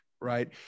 right